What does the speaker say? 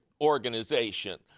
organization